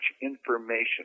information